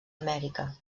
amèrica